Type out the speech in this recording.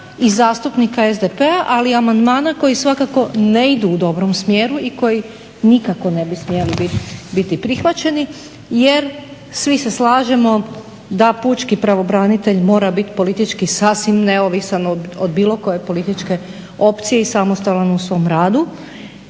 i zastupnika SDP-a, ali i amandmana koji svakako ne idu u dobrom smjeru i koji nikako ne bi smjeli biti prihvaćeni jer svi se slažemo da pučki pravobranitelj mora biti politički sasvim neovisan od bilo koje političke opcije i samostalan u svom radu.